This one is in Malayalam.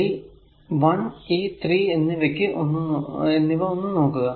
ഈ 1 ഈ 3 എന്നിവ ഒന്ന് നോക്കുക